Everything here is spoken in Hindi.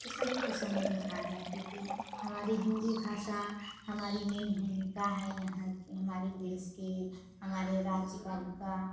तो सभी को समझ में आ जाती थी हमारी हिन्दी भाषा हमारी मेन भूमिका है यहाँ की हमारी देश के हमारे राज्य कब का